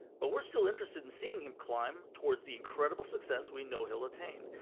but we're still interested in seeing him climb towards the incredible success we know he'll attain.